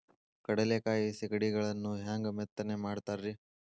ಕಡಲೆಕಾಯಿ ಸಿಗಡಿಗಳನ್ನು ಹ್ಯಾಂಗ ಮೆತ್ತನೆ ಮಾಡ್ತಾರ ರೇ?